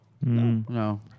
no